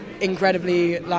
incredibly